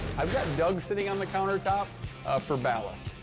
i've got doug sitting on the countertop for ballast.